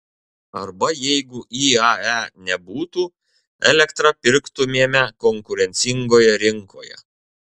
arba jeigu iae nebūtų elektrą pirktumėme konkurencingoje rinkoje